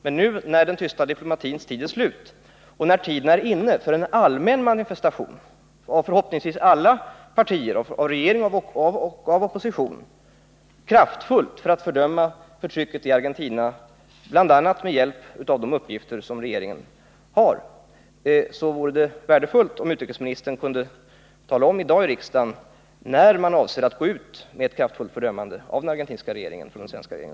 Men när nu den tysta diplomatins tid är slut och när tiden är inne för en allmän manifestation av förhoppningsvis alla partier, av regering och av opposition, för att kraftfullt fördöma förtrycket i Argentina bl.a. med hjälp av de uppgifter som regeringen har, så vore det värdefullt att få utrikesministerns besked om när den svenska regeringen avser att gå ut med ett sådant kraftfullt fördömande.